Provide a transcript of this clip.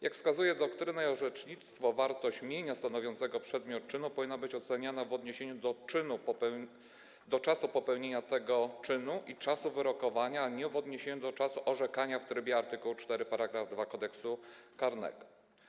Jak wskazują doktryna i orzecznictwo, wartość mienia stanowiącego przedmiot czynu powinna być oceniania w odniesieniu do czasu popełnienia tego czynu i czasu wyrokowania, a nie w odniesieniu do czasu orzekania w trybie art. 4 § 2 Kodeksu karnego.